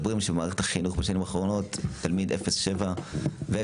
הרי אומרים שבמערכת החינוך בשנים האחרונות תלמיד 07 ו-09,